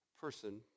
person